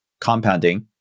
compounding